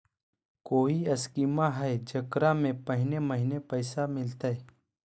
कोइ स्कीमा हय, जेकरा में महीने महीने पैसा मिलते?